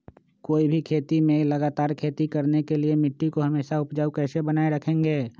कोई भी खेत में लगातार खेती करने के लिए मिट्टी को हमेसा उपजाऊ कैसे बनाय रखेंगे?